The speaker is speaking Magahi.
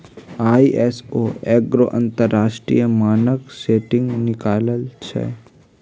आई.एस.ओ एगो अंतरराष्ट्रीय मानक सेटिंग निकाय हइ